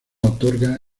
otorga